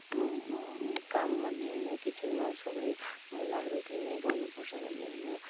काम भन्ने होइन किचनमा सबै महिलाहरूले नै गर्नुपर्छ भन्ने होइन